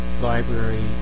library